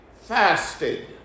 fasted